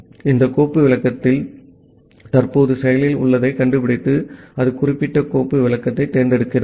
ஆகவே இந்த கோப்பு விளக்கத்தில் தற்போது செயலில் உள்ளதைக் கண்டுபிடித்து அது குறிப்பிட்ட கோப்பு விளக்கத்தைத் தேர்ந்தெடுக்கிறது